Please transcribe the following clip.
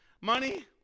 money